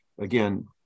again